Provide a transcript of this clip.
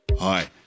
Hi